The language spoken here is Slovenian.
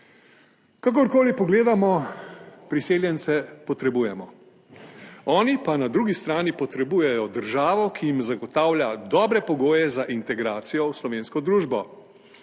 Kakorkoli pogledamo, priseljence potrebujemo, oni pa na drugi strani potrebujejo državo, ki jim zagotavlja dobre pogoje za integracijo v slovensko družbo.